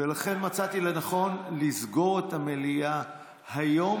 ולכן מצאתי לנכון לסגור את המליאה היום.